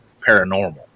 paranormal